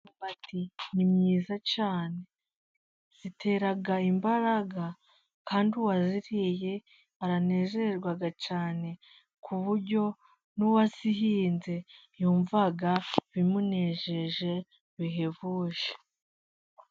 Imyumbati ni myiza cyane, itera imbaraga kandi uwayiriye aranezerwa cyane, ku buryo n’uwayihinze yumva bimunejeje bihebuje.